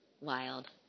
wild